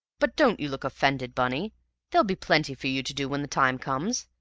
but don't you look offended, bunny there'll be plenty for you to do when the time comes,